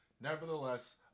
nevertheless